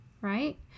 Right